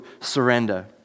surrender